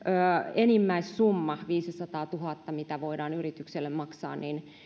enimmäissumma viisisataatuhatta mitä voidaan yritykselle maksaa